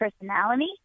personality